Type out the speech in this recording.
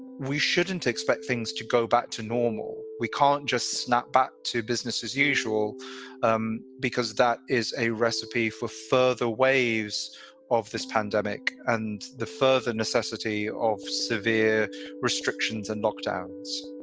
we shouldn't expect things to go back to normal we can't just snap back to business as usual um because that is a recipe for further waves of this pandemic and the further necessity of severe restrictions and knockdowns